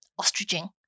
ostriching